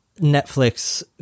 Netflix